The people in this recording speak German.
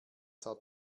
sah